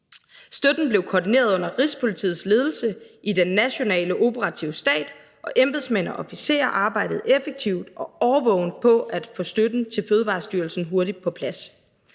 Støtten blev koordineret under Rigspolitiets ledelse i Den nationale operative stab, og embedsmænd og officerer arbejdede effektivt og årvågent på at få støtten til Fødevarestyrelsen hurtigt på plads.